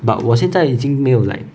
but 我现在已经没有 like